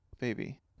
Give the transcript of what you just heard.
baby